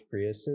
Priuses